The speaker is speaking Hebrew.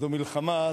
זו מלחמה,